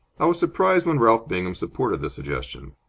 i was surprised when ralph bingham supported the suggestion.